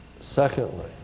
Secondly